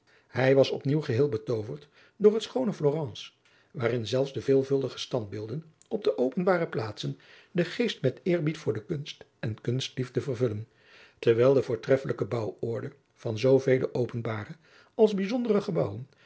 hij was op nieuw geheel betooverd door het schoone florence waarin zelfs de veelvuldige standbeelden op de openbare plaatsen den geest met eerbied voor de kunst en kunstliefde vervullen terwijl de voortreffelijke bouworde van zoovele openbare als bijzondere gebouwen